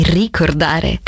ricordare